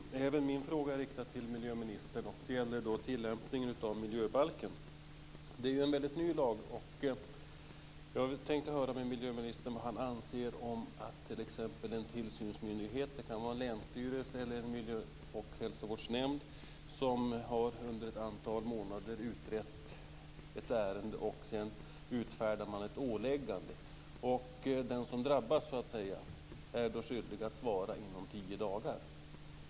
Fru talman! Även min fråga är riktad till miljöministern. Den gäller tillämpningen av miljöbalken. Det är ju en väldigt ny lag, och jag tänkte höra med miljöministern vad han anser om att t.ex. en tillsynsmyndighet, det kan vara en länsstyrelse eller en miljö och hälsovårdsnämnd, som under ett antal månader har utrett ett ärende och sedan utfärdar ett åläggande. Den som då så att säga drabbas är då skyldig att svara inom tio dagar.